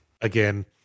Again